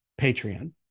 Patreon